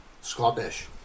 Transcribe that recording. Scottish